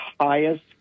highest